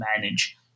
manage